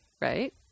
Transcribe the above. right